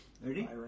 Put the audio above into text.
Ready